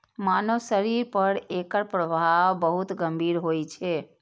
मानव शरीर पर एकर प्रभाव बहुत गंभीर होइ छै